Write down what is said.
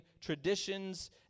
traditions